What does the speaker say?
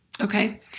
Okay